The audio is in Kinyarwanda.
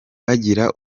bagira